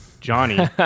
Johnny